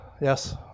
Yes